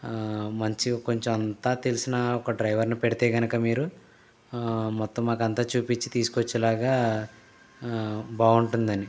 మంచి కొంచెం అంతా తెలిసిన ఒక డ్రైవర్ ని పెడితే కనుక మీరు ఆ మొత్తం మాకు అంతా చూపించి తీసుకొచ్చేలాగా బాగుంటుందని